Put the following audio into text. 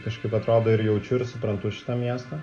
kažkaip atrado ir jaučiu ir suprantu šitą miestą